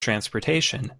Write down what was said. transportation